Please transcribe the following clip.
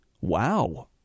Wow